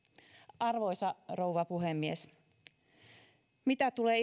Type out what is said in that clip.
arvoisa rouva puhemies mitä tulee